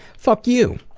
fuck you.